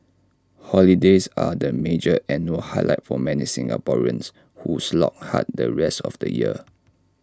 holidays are the major annual highlight for many Singaporeans who slog hard the rest of the year